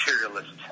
materialist